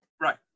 Right